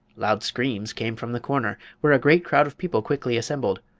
loud screams came from the corner, where a great crowd of people quickly assembled.